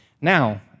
Now